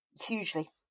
Hugely